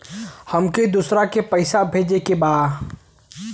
हमके दोसरा के पैसा भेजे के बा?